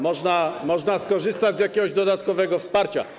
Można skorzystać z jakiegoś dodatkowego wsparcia.